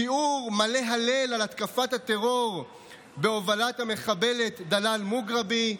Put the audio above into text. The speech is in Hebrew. שיעור על התקפת הטרור בהובלת המחבלת דלאל מוגרבי,